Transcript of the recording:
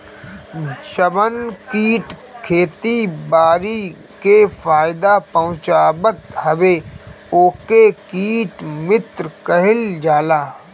जवन कीट खेती बारी के फायदा पहुँचावत हवे ओके कीट मित्र कहल जाला